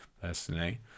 personally